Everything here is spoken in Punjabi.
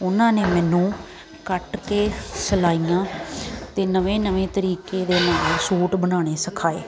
ਉਹਨਾਂ ਨੇ ਮੈਨੂੰ ਕੱਟ ਕੇ ਸਿਲਾਈਆਂ ਅਤੇ ਨਵੇਂ ਨਵੇਂ ਤਰੀਕੇ ਦੇ ਸੂਟ ਬਣਾਉਣੇ ਸਿਖਾਏ